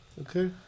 Okay